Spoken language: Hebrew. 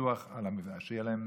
ביטוח על המבנה, שתהיה להם